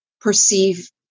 perceive